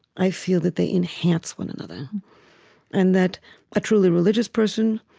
i feel that they enhance one another and that a truly religious person,